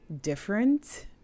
different